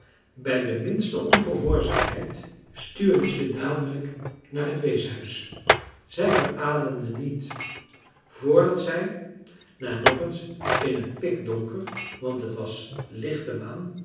bij de minste ongehoorzaamheid stuur ik je dadelijk naar het weeshuis zij verademden niet voordat zij na nog eens in het pikdonker want het was